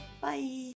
Bye